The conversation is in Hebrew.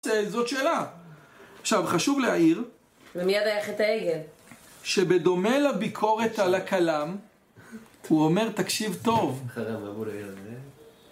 זאת שאלה. עכשיו, חשוב להעיר... ומיד היה חטא העגל. שבדומה לביקורת על הכאלם, הוא אומר, תקשיב טוב